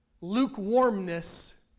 lukewarmness